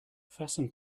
fasten